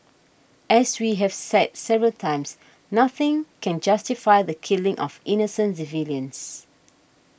as we have said several times nothing can justify the killing of innocent civilians